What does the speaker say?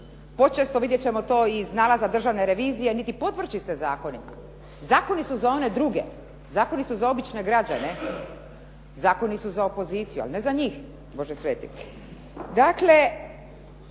počesto vidjet ćemo to i iz nalaza Državne revizije, niti podvrći se zakonima. Zakoni su za one druge, zakoni su za obične građane, zakoni su za opoziciju ali ne za njih. Dakle,